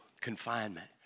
confinement